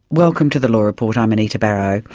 welcome to the law report, i'm anita barraud.